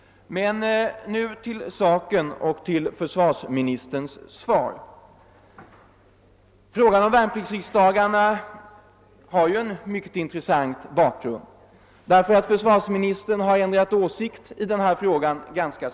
Men nu till saken och till försvarsministerns svar på min interpellation. Frågan om värnpliktsriksdagarna har en mycket intressant bakgrund, eftersom försvarsministern ju har ändrat åsikt ganska ordentligt i den frågan.